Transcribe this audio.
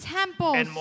temples